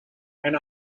and